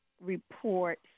report